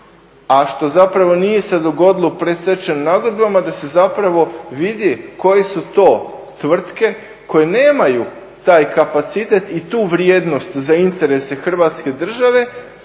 a što zapravo nije se dogodilo u predstečajnim nagodbama da se zapravo vidi koje su to tvrtke koje nemaju taj kapacitet i tu vrijednost za interese Hrvatske države